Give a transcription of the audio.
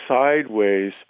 sideways